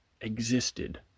existed